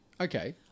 Okay